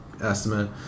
estimate